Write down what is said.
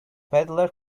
peddler